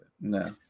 No